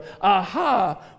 Aha